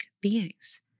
beings